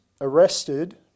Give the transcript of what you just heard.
arrested